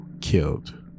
killed